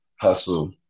hustle